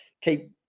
keep